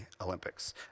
Olympics